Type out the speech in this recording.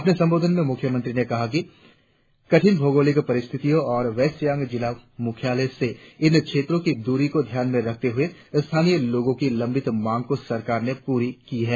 अपने संबोधन में मुख्यमंत्री ने कहा कि कठिन भौगोलिक परिस्थितियो और वेस्ट सियांग जिला मुख्यालय से इन क्षेत्रो की दूरी को ध्यान में रखते हुए स्थानीय लोगो की लंबित मांग को सरकार ने पूरा किया है